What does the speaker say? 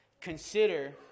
Consider